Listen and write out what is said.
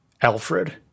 Alfred